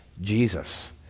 Jesus